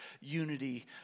unity